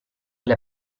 alle